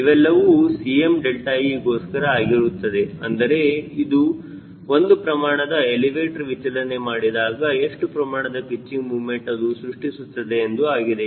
ಇವೆಲ್ಲವೂ Cme ಗೋಸ್ಕರ ಆಗಿರುತ್ತದೆ ಅಂದರೆ ಒಂದು ಪ್ರಮಾಣದ ಎಲಿವೇಟರ್ ವಿಚಲನೆ ಮಾಡಿದಾಗ ಎಷ್ಟು ಪ್ರಮಾಣದ ಪಿಚ್ಚಿಂಗ್ ಮೊಮೆಂಟ್ ಅದು ಸೃಷ್ಟಿಸುತ್ತದೆ ಎಂದು ಆಗಿದೆ